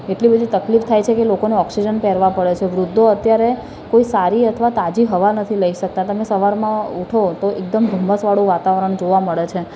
એટલી બધી તકલીફ થાય છે કે લોકોને ઑક્સિજન પહેરવા પડે છે વૃદ્ધો અત્યારે કોઈ સારી અથવા તાજી હવા લઈ નથી શકતા તમે સવારમાં ઉઠો તો એકદમ ધુમ્મસવાળું વાતાવરણ જોવા મળે છે